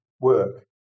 work